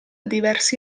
diversi